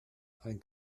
ein